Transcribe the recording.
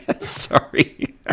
sorry